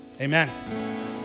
Amen